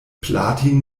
platin